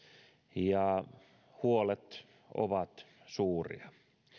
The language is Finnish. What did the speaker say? ja huolet ovat suuria